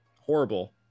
horrible